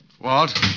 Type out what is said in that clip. Walt